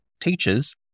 teachers